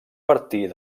partir